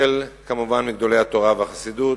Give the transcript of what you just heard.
החל כמובן מגדולי התורה והחסידות,